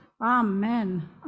Amen